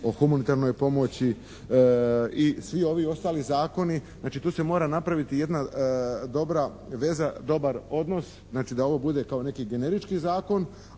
o humanitarnoj pomoći i svi ovi ostali zakoni. Znači tu se mora napraviti jedna dobra veza, dobar odnos. Znači da ovo bude kao neki generički zakon,